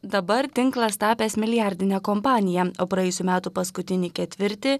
dabar tinklas tapęs milijardine kompanija o praėjusių metų paskutinį ketvirtį